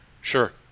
Sure